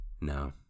No